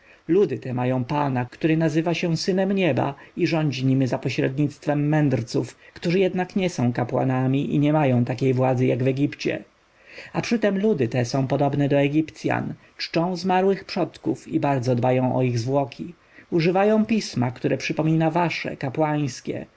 ludy te mają pana który nazywa się synem nieba i rządzi niemi za pośrednictwem mędrców którzy jednak nie są kapłanami i nie mają takiej władzy jak w egipcie a przytem ludy te są podobne do egipcjan czczą zmarłych przodków i bardzo dbają o ich zwłoki używają pisma które przypomina wasze